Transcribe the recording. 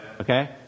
Okay